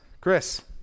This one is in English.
Chris